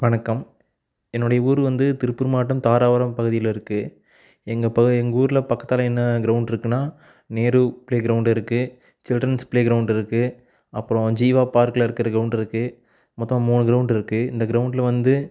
வணக்கம் என்னுடைய ஊர் வந்து திருப்பூர் மாவட்டம் தாராபுரம் பகுதியில் இருக்குது எங்கள் பகுதி எங்கள் ஊரில் பக்கத்தில் என்ன கிரௌண்ட் இருக்குனால் நேரு ஃபிளே கிரௌண்டு இருக்குது சில்ரன்ஸ் ஃபிளே கிரௌண்ட் இருக்குது அப்பறம் ஜீவா பார்க்கில் இருக்கிற கிரௌண்டு இருக்குது மொத்தம் மூணு கிரௌண்டு இருக்குது இந்த கிரௌண்டில் வந்து